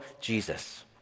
Jesus